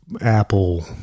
Apple